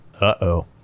Uh-oh